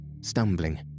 stumbling